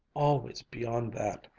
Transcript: always beyond that,